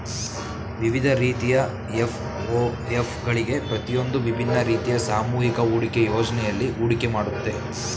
ವಿವಿಧ ರೀತಿಯ ಎಫ್.ಒ.ಎಫ್ ಗಳಿವೆ ಪ್ರತಿಯೊಂದೂ ವಿಭಿನ್ನ ರೀತಿಯ ಸಾಮೂಹಿಕ ಹೂಡಿಕೆ ಯೋಜ್ನೆಯಲ್ಲಿ ಹೂಡಿಕೆ ಮಾಡುತ್ತೆ